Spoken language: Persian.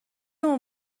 اون